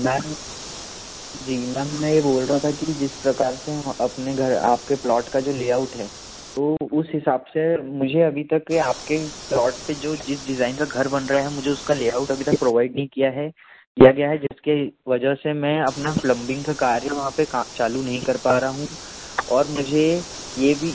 ma'am ji ma'am मैं ये बोल रहा था कि जिस प्रकार से हम अपने घर आपके प्लॉट का जो लेआउट है तो उस हिसाब से मुझे अभी तक आपके प्लॉट पर जो जिस डिज़ाइन का घर बन रहा है मुझे उसका लेआउट अभी तक प्रोवाइड नहीं किया है किया गया है जिसके वजह से मैं अपना प्लम्बिंग का कार्य वहाँ पर चालू नहीं कर पा रहा हूँ और मुझे ये भी